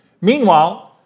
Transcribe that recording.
Meanwhile